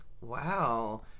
wow